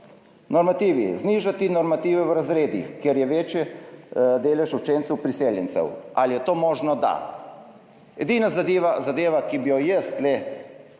znižati normative v razredih, kjer je večji delež učencev priseljencev. Ali je to možno? Da. Edina zadeva, ki bi jo jaz tu